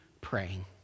praying